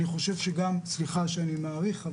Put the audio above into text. סליחה שאני מאריך,